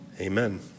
Amen